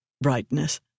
brightness